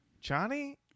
Johnny